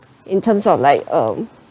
in terms of like um